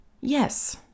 Yes